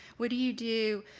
what do you do